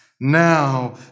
now